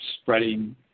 spreading